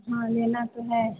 हाँ लेना तो है